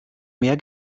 mehr